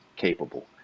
capable